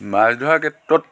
মাছ ধৰা ক্ষেত্ৰত